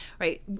Right